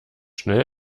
schnell